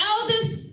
eldest